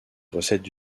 recettes